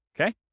okay